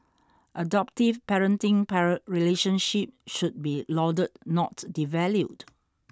adoptive parenting para relationships should be lauded not devalued